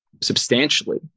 substantially